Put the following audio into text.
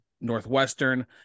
Northwestern